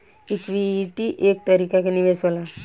equity एक तरीका के निवेश होला